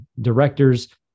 directors